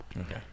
okay